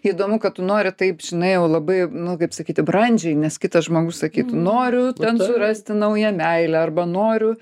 įdomu kad tu nori taip žinai jau labai nu kaip sakyti brandžiai nes kitas žmogus sakytų noriu ten surasti naują meilę arba noriu